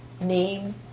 name